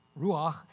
ruach